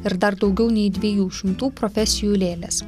ir dar daugiau nei dviejų šimtų profesijų lėlės